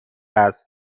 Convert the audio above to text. است